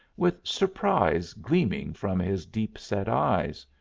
with surprise gleaming from his deep-set eyes.